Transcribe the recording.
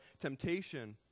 temptation